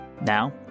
Now